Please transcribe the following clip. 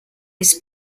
his